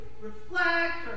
reflect